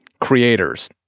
creators